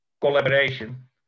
collaboration